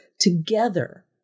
Together